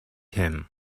him